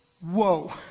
Whoa